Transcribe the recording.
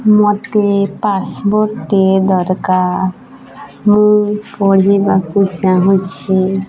ମୋତେ ପାସ୍ପୋର୍ଟ ଦରକାର ମୁଁ ପଢ଼ିବାକୁ ଚାହୁଁଛି